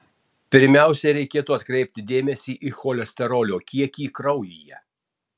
pirmiausiai reikėtų atkreipti dėmesį į cholesterolio kiekį kraujyje